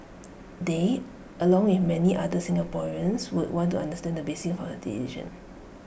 they along with many other Singaporeans would want to understand the basis of her decision